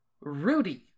Rudy